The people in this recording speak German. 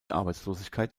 arbeitslosigkeit